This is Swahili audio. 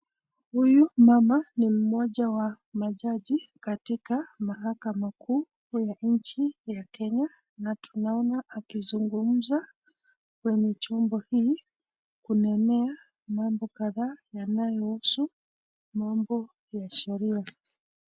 Huyu mama ni mmoja wa majaji, katika mahakama kuu katika nchi ya Kenya, na tunaona akizungumza, kwenye chumba hii, kuna mambo kadhaa yanayo husu mambo ya sheria.